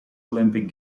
olympic